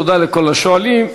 תודה לכל השואלים.